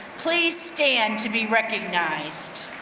please stand to be recognized.